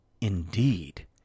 indeed